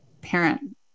parent